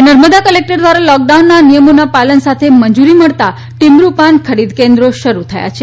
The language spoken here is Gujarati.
હવે નર્મદા કલેકટર દ્વારા લોકડાઉનનાં નિયમોનાં પાલન સાથે મંજૂરી મબ્તાં ટિમરૂ પાન ખરીદકેન્દ્રો શરૂ થયા છે